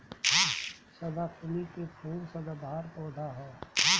सदाफुली के फूल सदाबहार पौधा ह